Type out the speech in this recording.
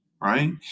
right